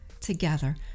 Together